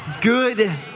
good